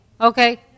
Okay